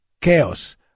chaos